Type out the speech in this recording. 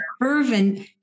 Irvin